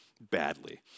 badly